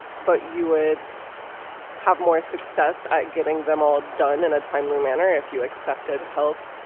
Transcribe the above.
but you would have more success at getting them all done in a timely manner if you accepted help.